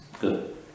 Good